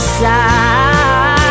side